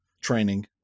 training